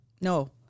No